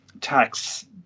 tax